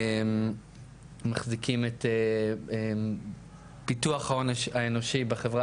מחזיקים את פיתוח ההון האנושי בחברה